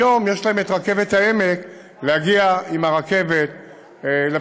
היום יש להם את רכבת העמק להגיע עם הרכבת לבסיסים.